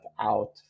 out